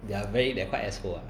they're very they're quite asshole ah